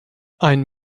ein